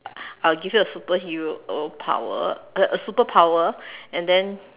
I'll give you a superhero uh power the superpower and then